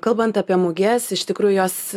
kalbant apie muges iš tikrųjų jos